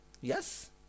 Yes